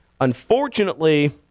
Unfortunately